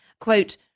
quote